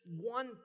one